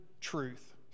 truth